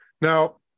Now